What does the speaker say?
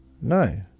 No